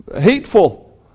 hateful